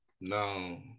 No